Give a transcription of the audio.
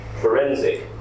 forensic